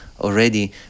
already